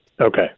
Okay